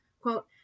Quote